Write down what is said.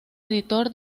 editor